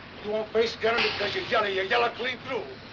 you won't face gannon because you're yellow you're yellow clean through.